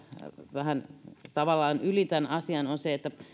se menee tavallaan vähän yli tämän asian että